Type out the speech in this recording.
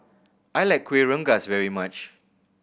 I like Kueh Rengas very much